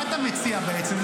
מה אתה מציע בעצם,